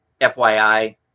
fyi